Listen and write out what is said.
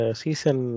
season